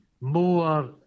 more